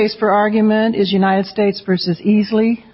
as for argument is united states versus easily